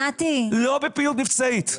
לא בפעילות מבצעית.